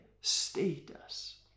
status